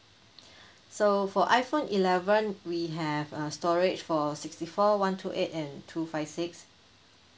so for iphone eleven we have uh storage for sixty four one two eight and two five six